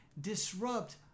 disrupt